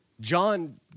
John